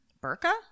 Burka